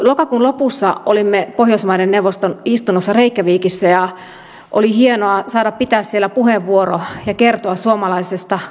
lokakuun lopussa olimme pohjoismaiden neuvoston istunnossa reykjavikissa ja oli hienoa saada pitää siellä puheenvuoro ja kertoa siellä suomalaisesta kansalaisaloitteesta